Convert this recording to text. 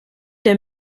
der